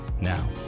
Now